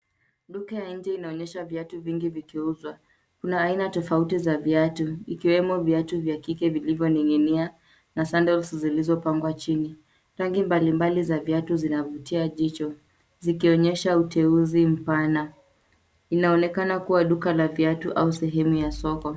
Duka ya nje inaonyesha viatu vingi vikiuzwa. Kuna aina tofauti za viatu ikiwemo viatu vya kike vilivyoning'inia na sandals zilizopangwa chini. Rangi mbalimbali za viatu zinavutia jicho, zikionyesha uteuzi mpana. Inaonekana kuwa duka la viatu au sehemu ya soko.